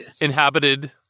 inhabited